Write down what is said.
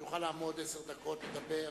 שהוא יוכל לעמוד עשר דקות ולדבר,